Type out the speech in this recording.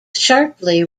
sharply